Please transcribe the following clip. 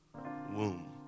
womb